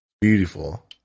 Beautiful